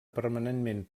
permanentment